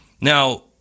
Now